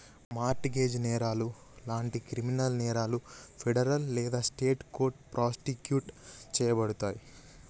mart gauge నేరాలు లాంటి criminal నేరాలు ఫెడరల్ లేదా స్టేట్ కోర్టులో ప్రాసిక్యూట్ చేయబడతయి